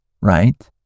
right